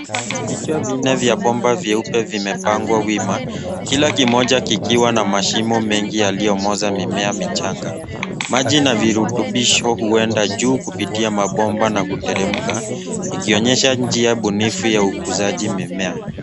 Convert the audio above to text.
Vichwa vinne vya bomba vyeupe viimepangwa wima, kila kimoja kikiwa na mashimo mengi yaliyomoza mimea michanga. Maji na virutubisho huenda juu kupitia mabomba na kuteremka, ikionyesha njia bunifu ya ukuzaji mimea.